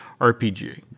RPG